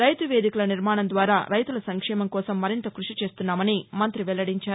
రైతు వేదికల నిర్మాణం ద్వారా రైతుల సంక్షేమం కోసం మరింత కృషి చేస్తున్నామని మంతి వెల్లడించారు